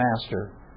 master